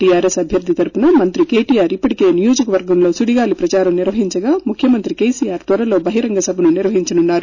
TRS అభ్వర్ధి తరపున మంత్రి కెటిఆర్ ఇప్పటికే నియోజక వర్గం లో సుడిగాలీ ప్రచారం నిర్వహించగా ముఖ్యమంత్రి కెసీఆర్ త్వరలో బహిరంగ సభను నిర్వహించనున్నారు